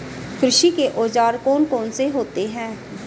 कृषि के औजार कौन कौन से होते हैं?